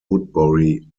woodbury